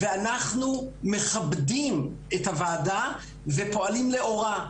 ואנחנו מכבדים את הוועדה, ופועלים לאורה.